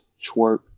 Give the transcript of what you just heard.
Twerk